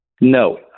No